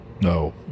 no